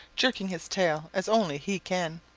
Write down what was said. jerking his tail as only he can.